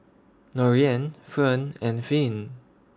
Lorean Fern and Finn